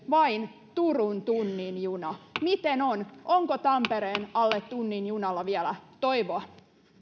vain turun tunnin juna miten on onko tampereen alle tunnin junalla vielä toivoa